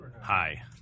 hi